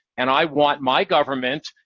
and i want my government,